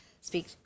Speak